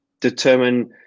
determine